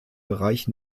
bereich